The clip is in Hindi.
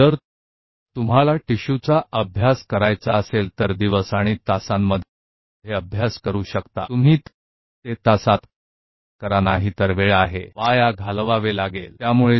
सप्ताह यदि आपका अध्ययन मस्तिष्क घाव द्वारा निर्मित कुछ नुकसान आप दिन और घंटों में अध्ययन कर सकते हैं यदि आप ऊतक का अध्ययन करना चाहते हैं तो आप इसे घंटों में करते हैं अन्यथा यह EEG समय बर्बाद करना व्यर्थ है